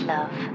Love